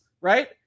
right